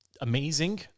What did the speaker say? amazing